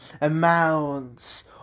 amounts